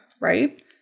right